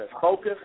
focus